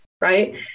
Right